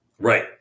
Right